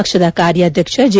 ಪಕ್ಷದ ಕಾರ್ಯಾಧಾಕ್ಷ ಜೆ